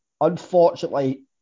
Unfortunately